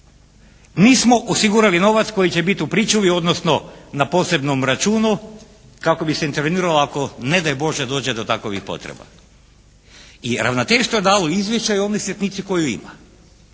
nismo osigurali novac koji će biti u pričuvi odnosno na posebnom računu kako bi se interveniralo ako ne daj Bože dođe do takovih potreba. I ravnateljstvo je dalo izvješća i o ovoj sitnici koju ima.